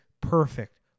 perfect